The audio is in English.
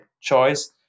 choice